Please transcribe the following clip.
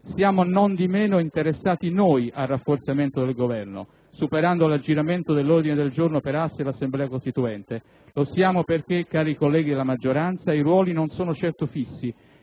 Siamo non di meno interessati noi al rafforzamento del Governo, superando l'aggiramento dell'ordine del giorno Perassi all'Assemblea costituente. Lo siamo perché, cari colleghi della maggioranza, i ruoli non sono certo fissi